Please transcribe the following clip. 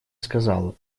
сказала